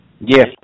Yes